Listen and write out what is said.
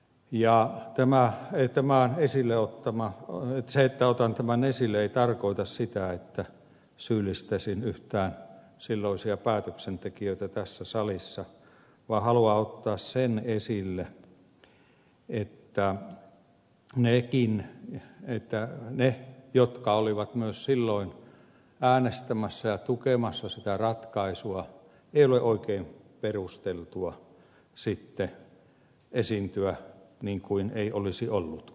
ja tämä ei tee vaan esille ottama on nyt se että otan tämän esille ei tarkoita sitä että syyllistäisin yhtään silloisia päätöksentekijöitä tässä salissa vaan haluan ottaa sen esille että niiden jotka myös olivat silloin äänestämässä ja tukemassa sitä ratkaisua ei ole oikein perusteltua sitten esiintyä niin kuin eivät olisi olleetkaan